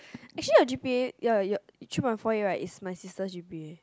actually your g_p_a ya ya three point four right is my sister g_p_a